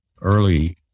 Early